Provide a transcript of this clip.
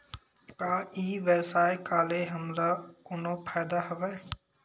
का ई व्यवसाय का ले हमला कोनो फ़ायदा हवय?